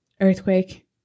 Earthquake